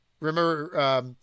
Remember